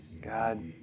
God